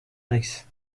naiz